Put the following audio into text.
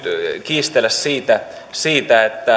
kiistellä siitä siitä